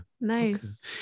Nice